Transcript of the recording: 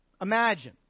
imagine